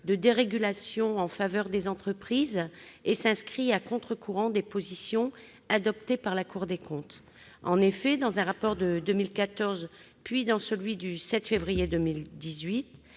de dérégulation en faveur des entreprises, et s'inscrit à contre-courant des positions adoptées par la Cour des comptes. En effet, dans un rapport de 2014, puis dans celui du 7 février 2018,